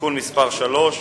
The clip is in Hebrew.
(תיקון מס' 3)